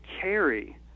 carry